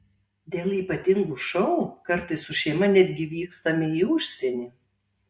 dėl ypatingų šou kartais su šeima netgi vykstame į užsienį